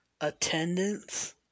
attendance